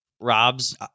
Rob's